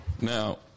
Now